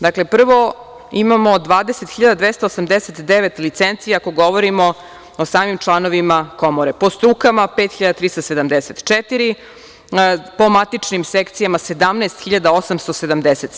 Dakle, prvo imamo 20.289 licenci ako govorimo o samim članovima komore, po strukama 5.374, po matičnom sekcijama 17.877.